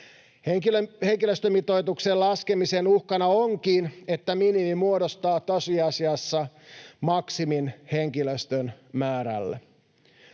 Henkilöstömitoituksen laskemisen uhkana onkin, että minimi muodostaa tosiasiassa maksimin henkilöstön määrälle.